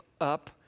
up